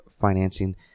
financing